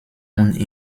und